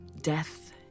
Death